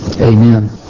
Amen